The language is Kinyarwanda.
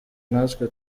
natwe